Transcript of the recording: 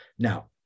Now